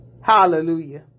Hallelujah